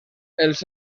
els